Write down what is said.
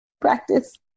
practice